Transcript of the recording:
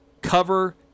cover